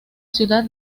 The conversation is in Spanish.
ciudad